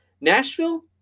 Nashville